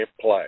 play